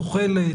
תוחלת,